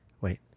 Wait